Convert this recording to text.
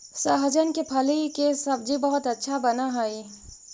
सहजन के फली के सब्जी बहुत अच्छा बनऽ हई